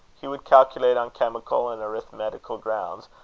he would calculate, on chemical and arithmetical grounds,